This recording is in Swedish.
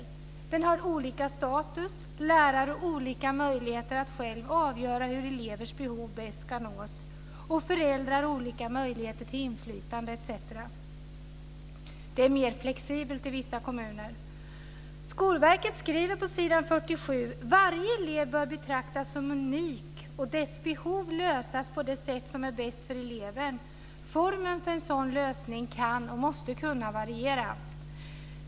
Skolan har olika status, lärare har olika möjligheter att själva avgöra hur elevers behov bäst kan mötas och föräldrar olika möjlighet till inflytande etc. Det är mer flexibelt i vissa kommuner. Skolverket skriver på s. 47: Varje elev bör betraktas som unik och dess behov lösas på det sätt som är bäst för eleven. Formen för en sådan lösning kan och måste kunna variera.